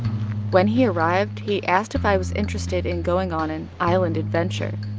when he arrived, he asked if i was interested in going on an island adventure.